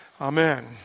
Amen